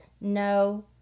no